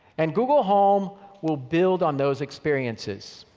and google home will build on those experiences.